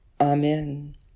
Amen